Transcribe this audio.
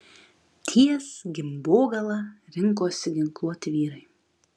ties gimbogala rinkosi ginkluoti vyrai